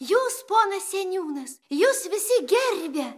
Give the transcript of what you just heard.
jūs ponas seniūnas jus visi gerbia